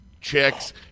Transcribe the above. chicks